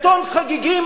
בטון חגיגי,